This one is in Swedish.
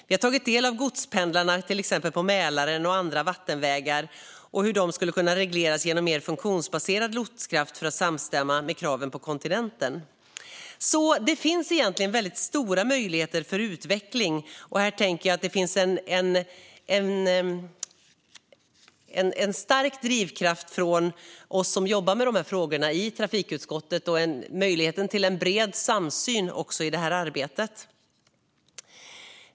Vi har tagit del av vad som gäller till exempel godspendlarna på Mälaren och andra vattenvägar och hur det skulle kunna regleras genom mer funktionsbaserad lotskraft för att samstämma med kraven på kontinenten. Det finns egentligen väldigt stora möjligheter för utveckling. Och här tänker jag att det finns en stark drivkraft från oss som jobbar med dessa frågor i trafikutskottet och en möjlighet till en bred samsyn i detta arbete.